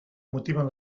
motiven